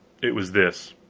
it was this